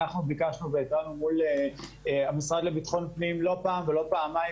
אנחנו ביקשנו והתרענו מול המשרד לביטחון פנים לא פעם ולא פעמיים,